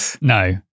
No